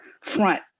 front